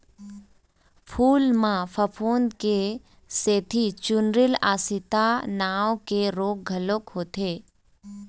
फूल म फफूंद के सेती चूर्निल आसिता नांव के रोग घलोक होथे